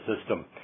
system